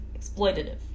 Exploitative